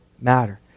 matter